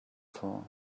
for